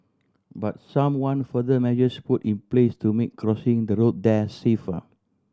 but some want further measures put in place to make crossing the road there safer